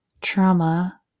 trauma